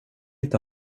inte